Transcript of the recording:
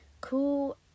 cool